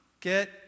get